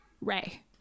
Ray